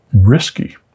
risky